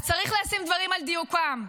אז צריך לשים דברים על דיוקם.